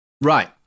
Right